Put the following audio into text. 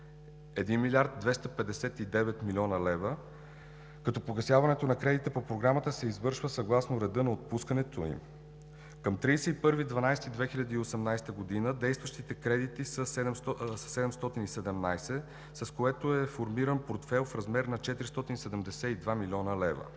1 млрд. 259 млн. лв., като погасяването на кредита по Програмата се извършва съгласно реда на отпускането им. Към 31 декември 2018 г. действащите кредити са 717, с което е формиран портфейл в размер на 472 млн. лв.